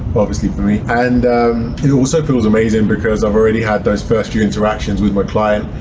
obviously for me, and it also feels amazing, because i've already had those first few interactions with my client,